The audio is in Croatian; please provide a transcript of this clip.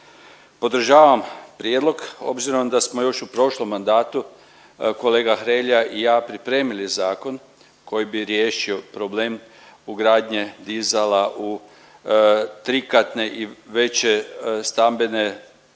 Podržavam prijedlog, obzirom da smo još u prošlom mandatu kolega Hrelja i ja pripremili zakon koji bi riješio problem ugradnje dizala u trikatne i veće stambene